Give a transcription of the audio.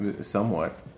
Somewhat